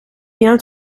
bien